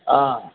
ಆಂ